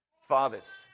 Fathers